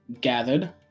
gathered